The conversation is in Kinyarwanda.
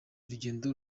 urugendo